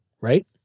right